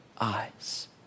eyes